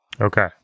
Okay